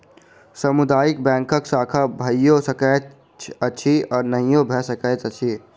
सामुदायिक बैंकक शाखा भइयो सकैत अछि आ नहियो भ सकैत अछि